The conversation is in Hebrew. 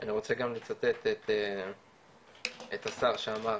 אני רוצה גם לצטט את השר שאמר,